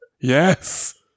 Yes